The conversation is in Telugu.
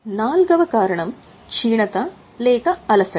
నాల్గవ కారణం క్షీణత లేక అలసట